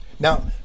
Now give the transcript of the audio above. Now